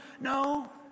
No